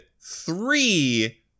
three